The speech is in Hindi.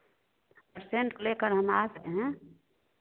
पसेन्ट लेकर आना आ सकते हैं